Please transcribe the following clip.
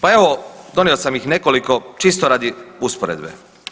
Pa evo donio sam ih nekoliko čisto radi usporedbe.